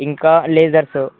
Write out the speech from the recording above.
ఇంకా ఎరేజర్సు